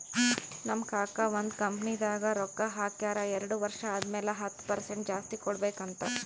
ನಮ್ ಕಾಕಾ ಒಂದ್ ಕಂಪನಿದಾಗ್ ರೊಕ್ಕಾ ಹಾಕ್ಯಾರ್ ಎರಡು ವರ್ಷ ಆದಮ್ಯಾಲ ಹತ್ತ್ ಪರ್ಸೆಂಟ್ ಜಾಸ್ತಿ ಕೊಡ್ಬೇಕ್ ಅಂತ್